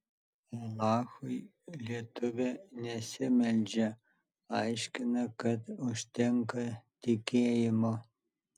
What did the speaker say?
alachui lietuvė nesimeldžia aiškina kad užtenka tikėjimo